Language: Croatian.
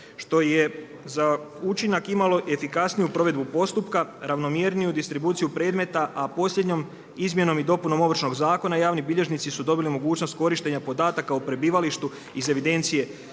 što je za učinak imalo efikasniju provedbu postupka, ravnomjerniju distribuciju predmeta a posljednjom izmjenom i dopunom Ovršnog zakona, javni bilježnici su dobili mogućnost korištenja podataka o prebivalištu iz evidencije